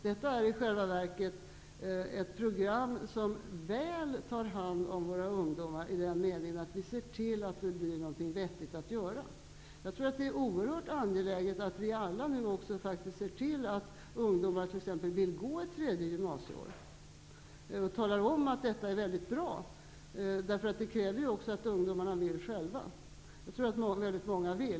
Detta är i själva verket ett program som väl tar hand om våra ungdomar i den meningen att vi ser till att det finns något vettigt att göra. Det är oerhört angeläget att tala om för ungdomarna att det är bra att gå ett tredje gymnasieår. Det kräver också att ungdomarna vill själva. Jag tror att många vill utbilda sig.